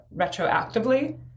retroactively